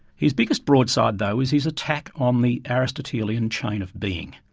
his biggest broadside though was his attack on the aristotelian chain of being.